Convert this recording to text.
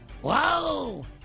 Whoa